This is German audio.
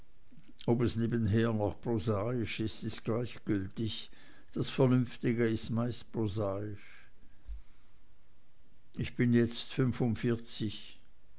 ob es nebenher auch noch prosaisch ist ist gleichgültig das vernünftige ist meist prosaisch ich bin jetzt fünfundvierzig